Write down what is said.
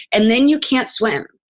and then you can't swim.